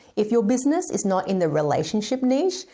if your business is not in the relationship niche,